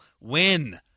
win